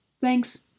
Thanks